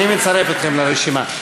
אני מצרף אתכם לרשימה.